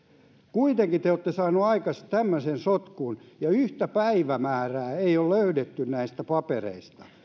kuitenkin te te olette saaneet aikaiseksi tämmöisen sotkun ja yhtä päivämäärää ei ole löydetty näistä papereista